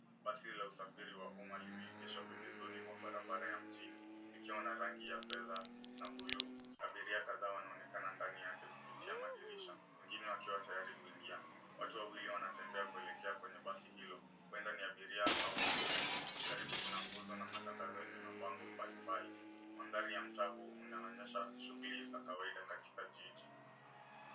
Basi la usafiri wa umma limeegeshwa pembezoni mwa barabara ya mjini. Likiwa na rangi ya fedha, na bluu. Abiria kadhaa wanaonekana ndani yake kupitia madirisha, wengine wakiwa tayari kuingia. Watu wawili wanatembea kuelekea kwenye basi hilo. Huenda ni ya abiria au wahudumu. Karibu kuna nguzo na matangazo yenye mabango mbalimbali. Mandhari ya mtaa huu unaonyesha shughuli za kawaida katika jiji.